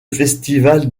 festival